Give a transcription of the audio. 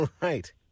right